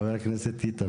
חבר הכנסת איתן,